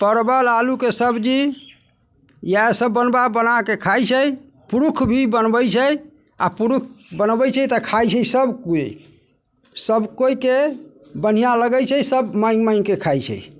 परवल आलूके सब्जी इएहसब बनबा बनाकऽ खाइ छै पुरुख भी बनबै छै आओर पुरुख बनबै छै तऽ खाइ छै सब कोइ सब कोइके बढ़िआँ लगै छै सब माँगि माँगिकऽ खाइ छै